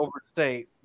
overstate